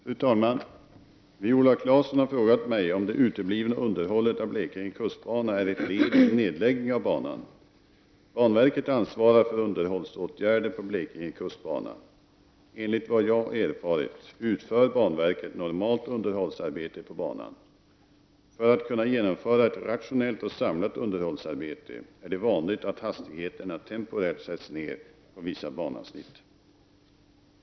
Fru talman! Viola Claesson har frågat mig om det utblivna underhållet av Blekinge kustbana är ett led i en nedläggning av banan. Banverket ansvarar för underhållsåtgärder på Blekinge kustbana. Enligt vad jag erfarit utför banverket nomalt underhållsarbete på banan. För att kunna genomföra ett rationellt och samlat underhållsarbete är det vanligt att hastigheterna temporärt sätts ned på vissa banavsnitt.